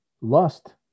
lust